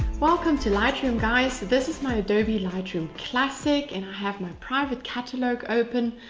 welcome to lightroom guys. this is my adobe lightroom classic and i have my private catalogue open.